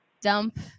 dump